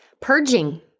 purging